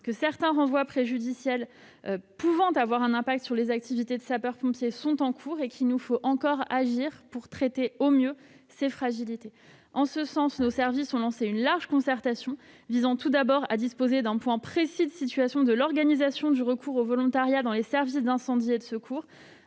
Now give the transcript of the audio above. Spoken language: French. que certains renvois préjudiciels pouvant avoir un impact sur les activités de sapeur-pompier sont en cours et qu'il nous faut encore agir pour traiter au mieux ces fragilités. Nos services ont lancé une large concertation en ce sens, visant tout d'abord à disposer d'un point précis de situation sur l'organisation du recours au volontariat dans les services d'incendie et de secours,